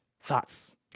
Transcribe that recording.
thoughts